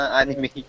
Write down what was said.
anime